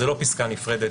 זאת לא פסקה נפרדת,